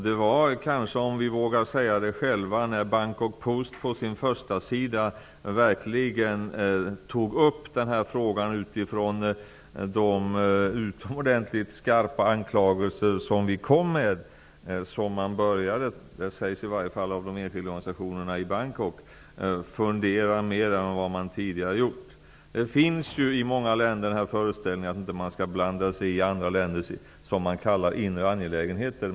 Det var kanske -- om vi vågar säga det själva -- när Bangkok Post på sin första sida verkligen tog upp den här frågan utifrån de utomordentligt skarpa anklagelser som vi kom med som man började, det sägs i alla fall från de enskilda organisationerna i Bangkok, fundera mera än som tidigare varit fallet. I många länder förekommer föreställningen att man inte skall blanda sig i andra länders ''inre angelägenheter''.